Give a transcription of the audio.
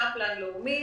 קפלן ולאומית.